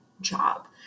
job